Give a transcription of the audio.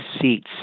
seats